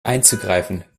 einzugreifen